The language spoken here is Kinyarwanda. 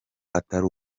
atari